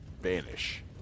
vanish